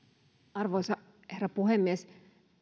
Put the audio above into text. arvoisa herra puhemies